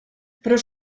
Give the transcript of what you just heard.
però